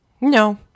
No